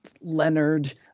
Leonard